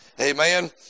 Amen